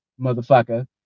motherfucker